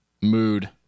mood